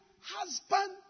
husband